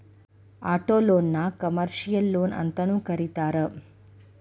ಆಟೊಲೊನ್ನ ಕಮರ್ಷಿಯಲ್ ಲೊನ್ಅಂತನೂ ಕರೇತಾರ